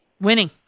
Winning